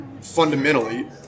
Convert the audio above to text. fundamentally